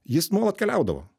jis nuolat keliaudavo